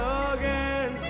again